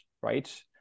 right